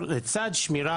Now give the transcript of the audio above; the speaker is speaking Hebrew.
למילים יש משמעות, יסמין.